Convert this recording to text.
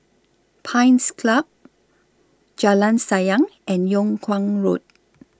Pines Club Jalan Sayang and Yung Kuang Road